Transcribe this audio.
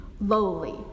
lowly